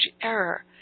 error